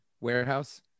warehouse